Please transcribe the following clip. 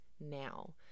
now